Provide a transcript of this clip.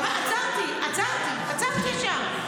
עצרתי, עצרתי שם.